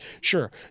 sure